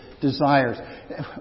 desires